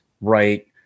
right